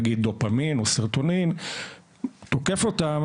נגיד דופמין או סרוטונין תוקף אותם,